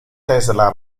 tesla